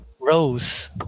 Rose